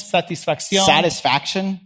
satisfaction